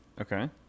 Okay